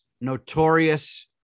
notorious